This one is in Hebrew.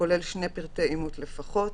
הכולל שני פרטי אימות לפחות,